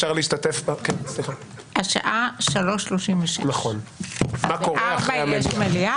השעה 15:36 וב-16:00 יש מליאה.